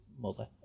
mother